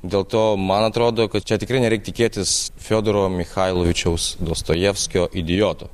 dėl to man atrodo kad čia tikrai nereik tikėtis fiodoro michailovičius dostojevskio idioto